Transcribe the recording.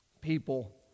People